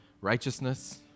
righteousness